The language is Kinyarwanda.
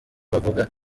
bavuga